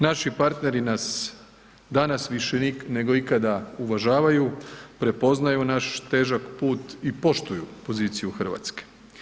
Naši partneri nas danas više nego ikada uvažavaju, prepoznaju naš težak put i poštuju poziciju RH.